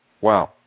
Wow